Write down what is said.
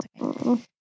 okay